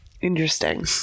Interesting